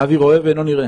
אבי רואה ואינו נראה.